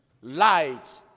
light